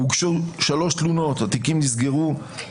הוגשו שלוש תלונות, התיקים נסגרו.